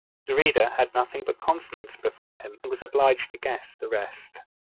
reader had nothing but consonants before him, and was obliged to guess the rest.